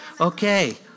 Okay